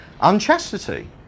Unchastity